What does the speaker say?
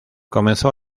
comenzó